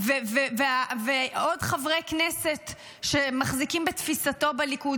ועוד חברי כנסת שמחזיקים בתפיסתו בליכוד,